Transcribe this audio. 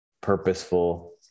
purposeful